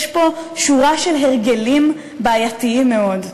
יש פה שורה של הרגלים בעייתיים מאוד,